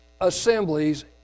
assemblies